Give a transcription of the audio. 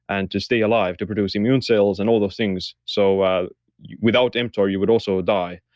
and to stay alive, to produce immune cells and all those things. so without mtor you would also die.